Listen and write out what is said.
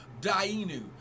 Dainu